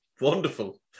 Wonderful